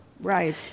Right